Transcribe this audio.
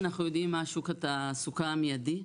1. אנחנו יודעים מה שוק התעסוקה המיידי,